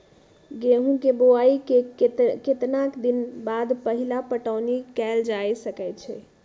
गेंहू के बोआई के केतना दिन बाद पहिला पटौनी कैल जा सकैछि?